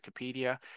Wikipedia